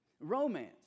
Romance